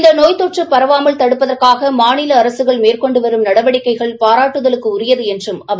இந்த நோய் தொற்று பரவாமல் தடுப்பதற்காக மாநில அரசுகள் மேற்கொண்டு வரும் நடவடிக்கைகள் பாராட்டுதலுக்குரியது என்றும் அவர் கூறினாா